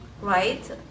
right